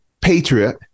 patriot